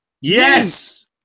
Yes